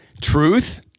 Truth